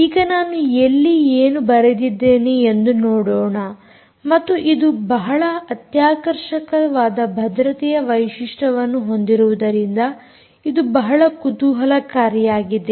ಈಗ ನಾನು ಎಲ್ಲಿ ಏನು ಬರೆದಿದ್ದೇನೆ ಎಂದು ನೋಡೋಣ ಮತ್ತು ಇದು ಬಹಳ ಅತ್ಯಾಕರ್ಷವಾದ ಭದ್ರತೆಯ ವೈಶಿಷ್ಟ್ಯವನ್ನು ಹೊಂದಿರುವುದರಿಂದ ಇದು ಬಹಳ ಕುತೂಹಲಕಾರಿಯಾಗಿದೆ